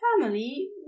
family